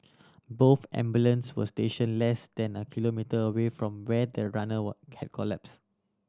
both ambulance were stationed less than a kilometre away from where the runner were had collapsed